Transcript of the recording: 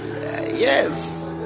Yes